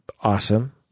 awesome